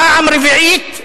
פעם רביעית,